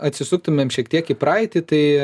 atsisuktumėm šiek tiek į praeitį tai